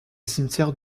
cimetière